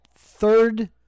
third